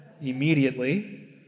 immediately